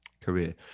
career